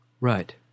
Right